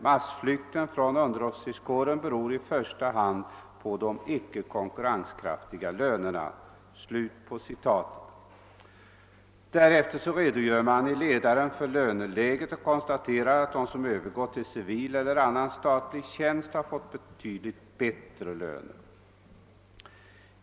Massflykten från underofficerskåren beror i första hand av de icke konkurrenskraftiga lönerna.» Därefter redogör man i ledaren för löneläget och konstaterar att de som övergått till civil anställning eller annan statlig tjänst har fått betydligt bättre löner.